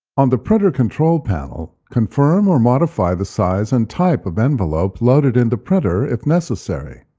on the printer control panel, confirm or modify the size and type of envelope loaded in the printer, if necessary.